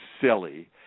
silly